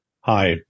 Hi